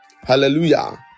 Hallelujah